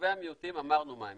יישובי המיעוטים, אמרנו מה הם.